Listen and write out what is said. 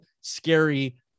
scary